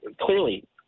clearly